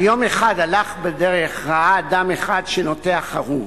"יום אחד הלך בדרך, ראה אדם אחד שנוטע חרוב,